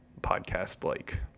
podcast-like